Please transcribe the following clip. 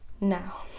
Now